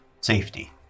safety